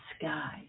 sky